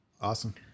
Awesome